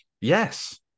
Yes